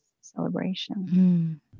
celebration